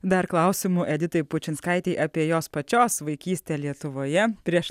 dar klausimų editai pučinskaitei apie jos pačios vaikystę lietuvoje prieš